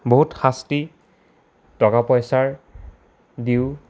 বহুত শাস্তি টকা পইচাৰ দিওঁ